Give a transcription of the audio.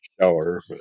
shower